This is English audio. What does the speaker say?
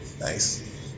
Nice